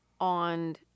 on